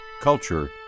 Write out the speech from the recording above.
culture